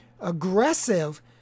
aggressive